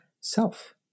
self